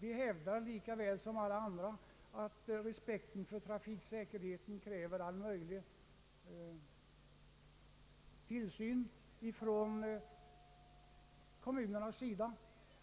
Vi hävdar likaväl som alla andra att respekten för trafiksäkerheten kräver all möjlig tillsyn från kommunens sida,